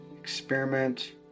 experiment